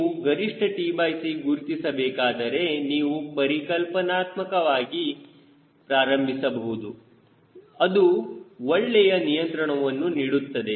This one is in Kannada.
ನೀವು ಗರಿಷ್ಠ tc ಗುರುತಿಸಬೇಕಾದರೆ ನೀವು ಪರಿಕಲ್ಪನಾತ್ಮಕವಾಗಿ ಪ್ರಾರಂಭಿಸಬಹುದು ಅದು ಒಳ್ಳೆಯ ನಿಯಂತ್ರಣವನ್ನು ನೀಡುತ್ತದೆ